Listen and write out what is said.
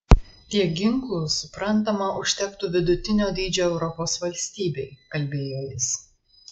tiek ginklų suprantama užtektų vidutinio dydžio europos valstybei kalbėjo jis